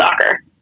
soccer